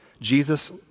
Jesus